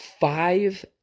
five